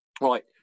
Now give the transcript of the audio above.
Right